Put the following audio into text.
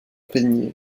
peigné